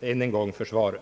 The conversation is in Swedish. en gång för svaret.